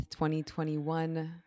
2021